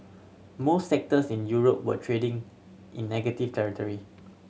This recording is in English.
most sectors in Europe were trading in negative territory